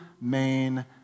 main